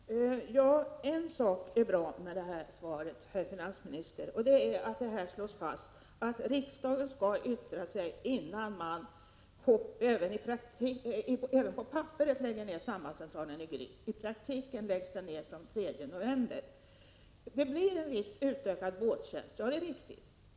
Herr talman! En sak är bra med detta svar, herr finansminister, nämligen att det slås fast att riksdagen skall yttra sig innan man även formellt lägger ner sambandscentralen i Gryt. I praktiken läggs den ju ner den 3 november. Det blir en viss utökad båttjänst, det är riktigt.